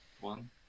one